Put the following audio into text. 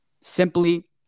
Simply